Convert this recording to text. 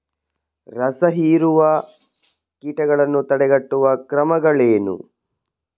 ರಸಹೀರುವ ಕೀಟಗಳನ್ನು ತಡೆಗಟ್ಟುವ ಕ್ರಮಗಳೇನು?